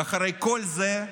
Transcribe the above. ואחרי כל זה,